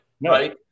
right